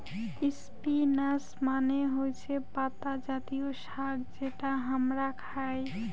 spinach মানে হৈসে পাতা জাতীয় শাক যেটা হামরা খাই